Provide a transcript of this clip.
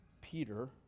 Peter